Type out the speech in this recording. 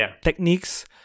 techniques